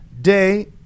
day